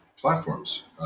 platforms